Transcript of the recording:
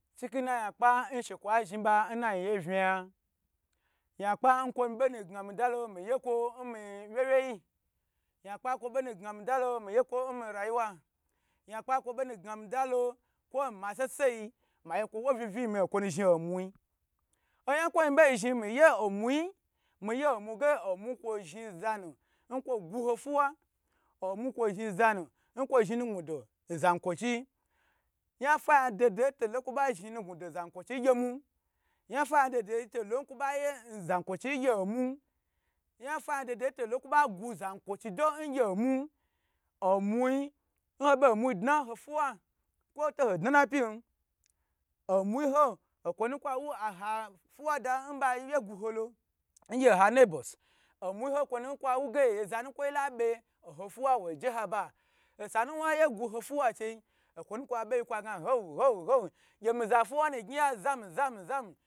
Achiki na yan kpa nshekwo zhi ba na yin ye vna, yakpa kwo bo nu gna mi da lo mi ye kwo mi wye wye yi, ya kpa kwo kwo bo nu gna mi da lo miye kwo mi ra yiwa, yan kpa kwo bo nu gna mi da lo kwo nma sese yi agye kwo wu vii vii miyi nkwo nu zhni omwi oyan kwo bo zhni mi ye omwi yi miye omwi ge omwi kwo zhni za nu nkwo gni ho fuwa, omu kwo zhni za nu nkwo zhni nugnudo n zayikwoo hiyi, yan fa yan doho doho yi to lon nkwo ba zhni nugnu do n zayin kwo chiyin, ya fa yan dodo yi to lon nkwo ba gyi nugnudo nzayinkwo chiyi ngye omun, yan fa yan do to lon nkwo ba gu zayin kwo chi ngye omun omwi nhobo mwi dna ho fiwa kwo toho dna na pyin omun ho nkwo nu kwa wu nha fiwa da nbayi guholo ngye nha nebos, omu yi kwonu kwa wu ge zanu kwoyila be oho fuwa woi je haba. Osa na waye gu ho fiwa chei okwo nu kwa be kwa ge how how how gye mi za fuwa nu gyi ya zam zam zam.